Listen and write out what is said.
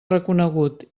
reconegut